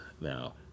Now